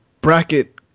bracket